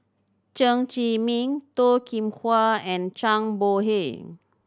Chen Zhiming Toh Kim Hwa and Zhang Bohe